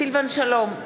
סילבן שלום,